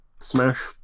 Smash